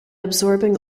absorbing